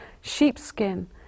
sheepskin